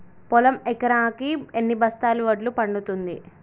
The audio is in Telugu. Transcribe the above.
పొలం ఎకరాకి ఎన్ని బస్తాల వడ్లు పండుతుంది?